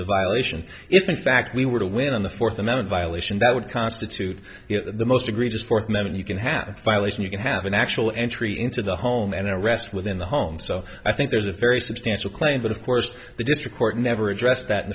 the violation if in fact we were to win on the fourth amendment violation that would constitute the most egregious fourth med and you can have violation you can have an actual entry into the home and arrest within the home so i think there's a very substantial claim but of course the district court never addressed that in